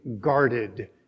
guarded